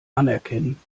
anerkennen